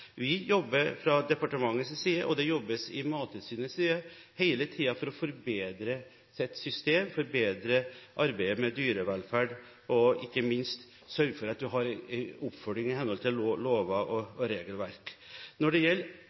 Vi jobber fra departementets side, og det jobbes fra Mattilsynets side hele tiden for å forbedre systemet – forbedre arbeidet med dyrevelferd og ikke minst sørge for at en har oppfølging i henhold til lover og regelverk. Når det